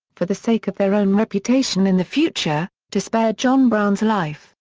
for the sake of their own reputation in the future, to spare john brown's life,